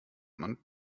man